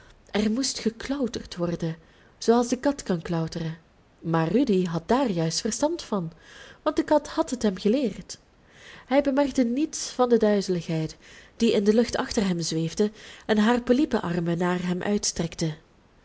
er moest geklauterd worden zooals de kat kan klauteren maar rudy had daar juist verstand van want de kat had het hem geleerd hij bemerkte niets van de duizeligheid die in de lucht achter hem zweefde en haar poliepenarmen naar hem uitstrekte